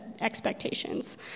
expectations